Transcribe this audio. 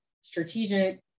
strategic